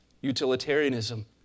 utilitarianism